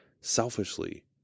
selfishly